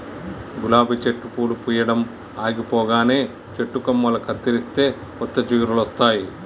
గులాబీ చెట్టు పూలు పూయడం ఆగిపోగానే చెట్టు కొమ్మలు కత్తిరిస్తే కొత్త చిగురులొస్తాయి